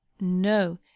No